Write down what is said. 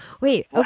Wait